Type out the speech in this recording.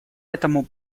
этому